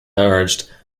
urged